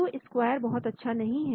Q square बहुत अच्छा नहीं है